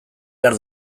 behar